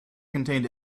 contained